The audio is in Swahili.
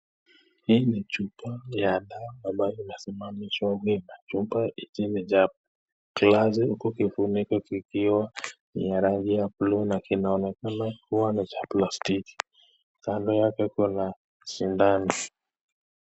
Hii ni chupa ya dawa ambalo limesimamishwa wima. Chupa hii imejaa glasi huku kifuniko kikiwa ni ya rangi ya buluu na kinaonekana kuwa ni cha palstiki. Kando yake kuna sindano.